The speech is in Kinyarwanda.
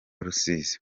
rusizi